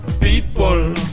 People